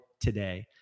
today